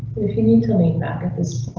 if you need to lean back at this